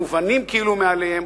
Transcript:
המובנים כאילו מאליהם,